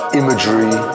imagery